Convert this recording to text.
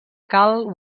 karl